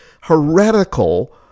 heretical